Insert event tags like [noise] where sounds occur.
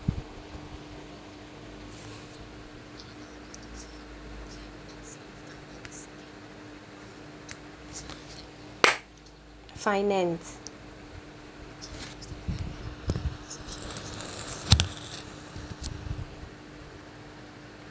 [noise] finance [noise]